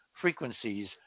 frequencies